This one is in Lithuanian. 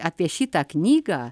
apie šitą knygą